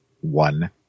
one